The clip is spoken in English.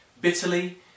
Bitterly